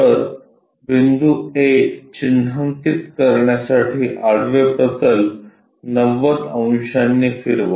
तर बिंदू A चिन्हांकित करण्यासाठी आडवे प्रतल 90 अंशांनी फिरवा